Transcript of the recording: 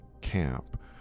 camp